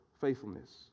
faithfulness